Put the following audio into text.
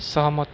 सहमत